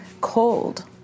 cold